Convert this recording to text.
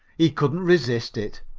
he couldn't resist it.